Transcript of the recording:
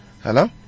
Hello